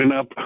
up